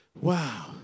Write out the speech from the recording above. wow